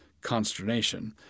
consternation